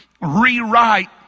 rewrite